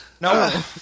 No